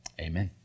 Amen